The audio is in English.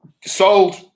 sold